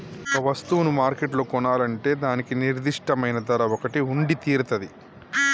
ఒక వస్తువును మార్కెట్లో కొనాలంటే దానికి నిర్దిష్టమైన ధర ఒకటి ఉండితీరతాది